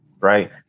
right